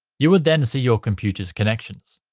you would then see your computer's connections.